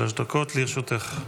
עד שלוש דקות לרשותך.